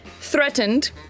Threatened